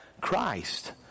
Christ